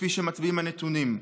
כפי שמצביעים הנתונים.